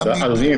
אדוני,